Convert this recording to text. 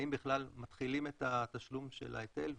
האם בכלל מתחילים את התשלום של ההיטל ומתי.